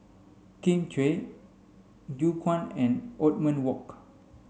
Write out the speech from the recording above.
Kin Chui Gu Juan and Othman Wok